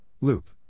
Loop